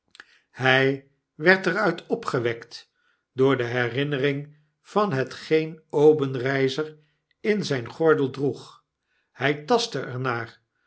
hij werd er uit opgewekt door de herinnering van hetgeen obenreizer in zyn gordel droeg hij tastte